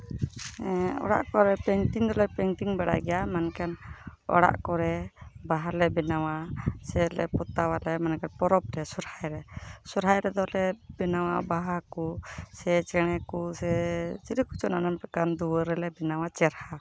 ᱚᱲᱟᱜ ᱠᱚᱨᱮᱜ ᱯᱮᱱᱴᱤᱝ ᱫᱚᱞᱮ ᱯᱮᱱᱴᱤᱝ ᱵᱟᱲᱟᱭ ᱜᱮᱭᱟ ᱢᱮᱱᱠᱷᱟᱱ ᱚᱲᱟᱜ ᱠᱚᱨᱮᱜ ᱵᱟᱦᱟ ᱞᱮ ᱵᱮᱱᱟᱣᱟ ᱥᱮᱞᱮ ᱯᱚᱛᱟᱣᱟ ᱯᱚᱨᱚᱵᱽ ᱨᱮ ᱥᱚᱦᱨᱟᱭ ᱨᱮ ᱥᱚᱦᱨᱟᱭ ᱨᱮᱫᱚᱞᱮ ᱵᱮᱱᱟᱣᱟ ᱵᱟᱦᱟ ᱠᱚ ᱥᱮ ᱪᱮᱬᱮ ᱠᱚ ᱥᱮ ᱪᱤᱞᱤ ᱠᱚᱪᱚᱝ ᱱᱟᱱᱟᱱ ᱯᱨᱚᱠᱟᱨ ᱫᱩᱣᱟᱹᱨ ᱨᱮᱞᱮ ᱵᱮᱱᱟᱣᱟ ᱪᱮᱦᱨᱟ